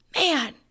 Man